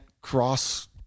cross